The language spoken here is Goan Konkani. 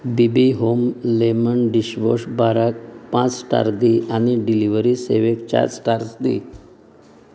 बी बी होम लेमन डिशवॉश बाराक पांच स्टार दी आनी डिलिव्हरी सेवेक चार स्टार्स दी